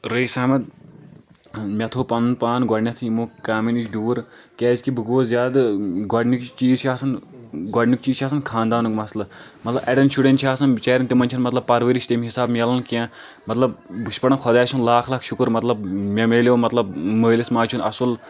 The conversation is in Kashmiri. رٔیٖس احمد مےٚ تھوٚو پنُن پان گۄڈٕنٮ۪تھ یِمو کامیو نِش دوٗر کیٛازِ کہِ بہٕ گوس زیادٕ گۄڈٕنِچ چیٖز چھِ آسان گۄڈٕنیُک چیٖز چھُ آسان خانٛدانُک مسلہٕ مطلب اڑٮ۪ن شُرٮ۪ن چھُ آسان بچارٮ۪ن تِمن چھُنہٕ آسان مطلب پرورِش تمہِ حساب مِلان کینٛہہ مطلب بہٕ چھُس پران خۄدایہِ سُنٛد لاکھ لاکھ شُکر مطلب مےٚ مِلیو مطلب مٲلِس ماجہِ ہُنٛد اصل